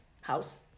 house